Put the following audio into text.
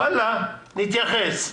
נתייחס.